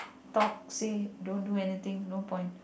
talk say don't do anything no point